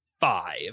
five